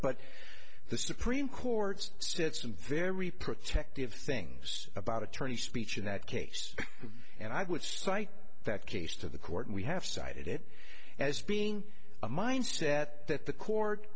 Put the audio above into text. but the supreme court's said some very protective things about attorney speech in that case and i would cite that case to the court and we have cited it as being a mindset that the court